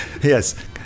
Yes